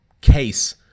case